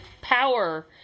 power